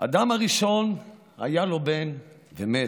אדם הראשון היה לו בן ומת,